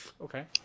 Okay